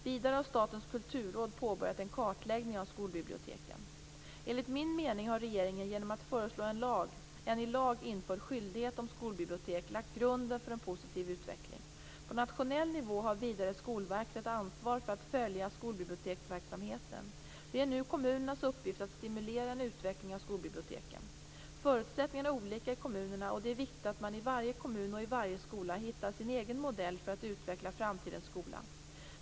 Vidare har Statens kulturråd påbörjat en kartläggning av skolbiblioteken. Enligt min mening har regeringen genom att föreslå en i lag införd skyldighet om skolbibliotek lagt grunden för en positiv utveckling. På nationell nivå har vidare Skolverket ett ansvar för att följa skolbiblioteksverksamheten. Det är nu kommunernas uppgift att stimulera en utveckling av skolbiblioteken. Förutsättningarna är olika i kommunerna, och det är viktigt att man i varje kommun och i varje skola hittar sin egen modell för att utveckla framtidens skola.